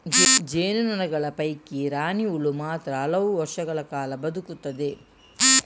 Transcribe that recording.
ಜೇನು ನೊಣಗಳ ಪೈಕಿ ರಾಣಿ ಹುಳು ಮಾತ್ರ ಹಲವು ವರ್ಷಗಳ ಕಾಲ ಬದುಕುತ್ತದೆ